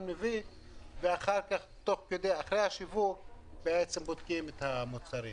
מביא ותוך כדי השיווק בעצם בודקים את המוצרים.